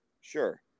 Sure